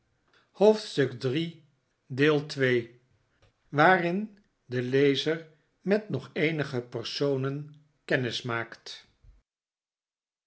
hoofdstuk iii waarin de lezer met nog eenige personen kennis maakt